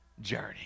journey